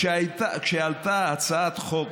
כשעלתה הצעת חוק